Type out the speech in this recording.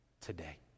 today